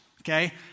okay